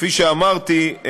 כפי שאמרתי,